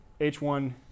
H1